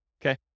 Okay